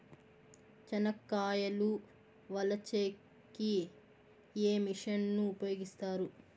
చెనక్కాయలు వలచే కి ఏ మిషన్ ను ఉపయోగిస్తారు?